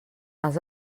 els